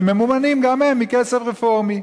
שממומנות גם הן מכסף רפורמי.